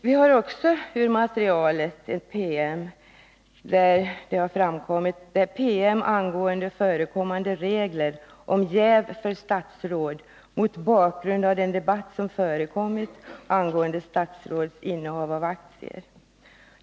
Vi har också i materialet en PM angående förekommande regler om jäv för statsråd mot bakgrund av den debatt som förekommit angående statsråds innehav av aktier.